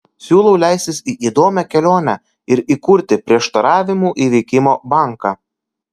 siūlau leistis į įdomią kelionę ir įkurti prieštaravimų įveikimo banką